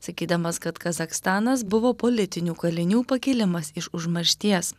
sakydamas kad kazachstanas buvo politinių kalinių pakilimas iš užmaršties